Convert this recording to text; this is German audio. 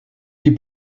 die